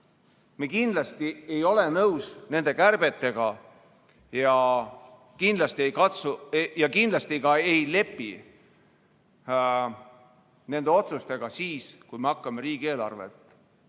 Me kindlasti ei ole nõus nende kärbetega ja kindlasti ei lepi nende otsustega siis, kui me hakkame riigieelarvet